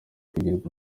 kugirwa